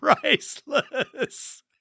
priceless